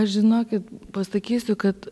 aš žinokit pasakysiu kad